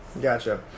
Gotcha